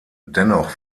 dennoch